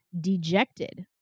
dejected